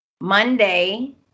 Monday